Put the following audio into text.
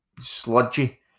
sludgy